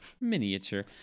Miniature